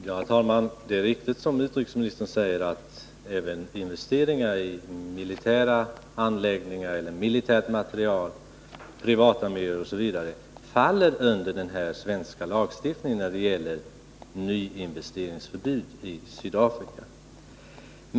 Herr talman! Det är riktigt som utrikesministern säger att även investeringar i militära anläggningar eller militär materiel, privatarméer osv. faller under den svenska lagstiftningen när det gäller förbud mot nyinvesteringar i Sydafrika.